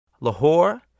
Lahore